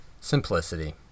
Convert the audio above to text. simplicity